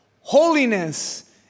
Holiness